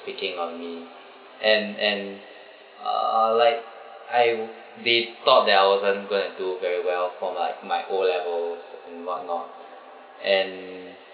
picking on me and and uh like I were they thought that I wasn't going and do very well for my my O level and what not and